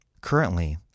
Currently